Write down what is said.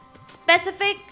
specific